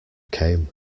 came